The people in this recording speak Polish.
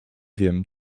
wiem